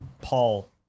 Paul